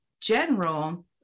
general